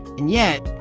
and yet,